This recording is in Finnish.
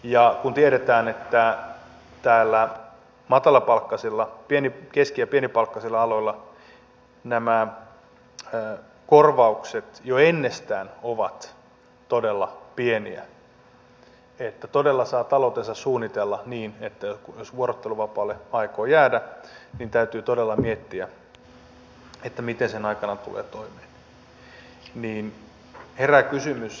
ja kun tiedetään että keski ja pienipalkkaisilla aloilla nämä korvaukset jo ennestään ovat todella pieniä että todella saa taloutensa suunnitella jos vuorotteluvapaalle aikoo jäädä niin täytyy todella miettiä miten sen aikana tulee toimeen